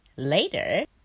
Later